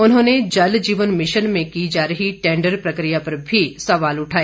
उन्होंने जल जीवन मिशन में की जा रही टेंडर प्रक्रिया पर भी सवाल उठाए